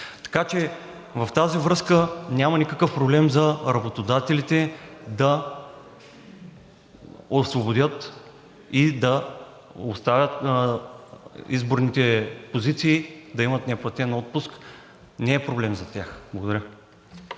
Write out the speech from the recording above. Така че в тази връзка няма никакъв проблем за работодателите да освободят и да оставят изборните позиции да имат неплатен отпуск, не е проблем за тях. Благодаря.